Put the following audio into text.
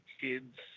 kids